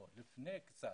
לא, לפני קצת.